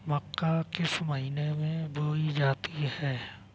मक्का किस महीने में बोई जाती है?